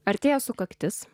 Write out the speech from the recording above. artėja sukaktis